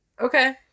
Okay